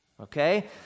okay